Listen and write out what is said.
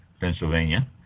Pennsylvania